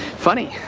funny,